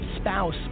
spouse